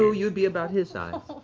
so you'd be about his size.